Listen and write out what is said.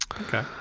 Okay